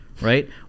right